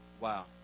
Wow